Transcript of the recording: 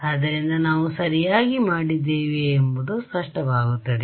ಆದ್ದರಿಂದ ನಾವು ಸರಿಯಾಗಿ ಮಾಡಿದ್ದೇವೆ ಎಂಬುದು ಸ್ಪಷ್ಟವಾಗುತ್ತದೆ